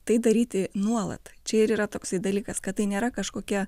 tai daryti nuolat čia ir yra toksai dalykas kad tai nėra kažkokia